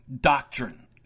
doctrine